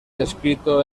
escrito